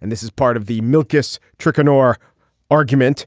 and this is part of the mix trick nor argument